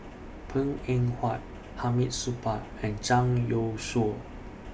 Png Eng Huat Hamid Supaat and Zhang Youshuo